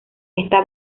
esta